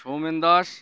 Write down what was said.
Soumen Das